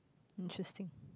interesting